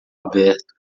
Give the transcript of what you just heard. aberto